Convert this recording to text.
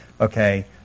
Okay